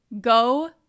go